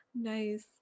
Nice